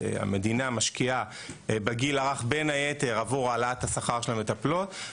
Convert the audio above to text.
המדינה משקיעה בגיל הרך בין היתר עבור העלאת השכר של המטפלות,